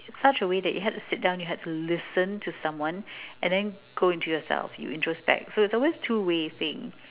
~ch a way that you had to sit down you had to listen to someone and then go into yourself you introspect so it's always two way thing